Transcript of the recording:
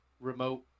remote